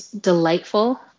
delightful